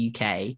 UK